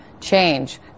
change